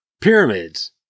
pyramids